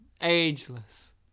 Ageless